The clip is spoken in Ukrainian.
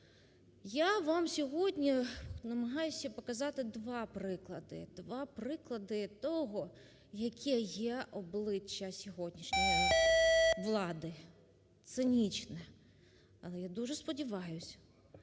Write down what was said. Я вам сьогодні намагаюся показати два приклади, два приклади того, яке є обличчя сьогоднішньої влади. Цинічне. Але я дуже сподіваюся,